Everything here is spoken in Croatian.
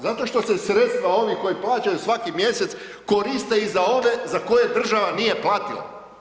Zato što se sredstva ovih koji plaćaju svaki mjesec koriste i za ove za koje država nije platila.